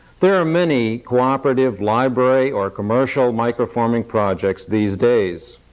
there are many cooperative library or commercial microforming projects these days.